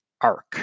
arc